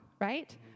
right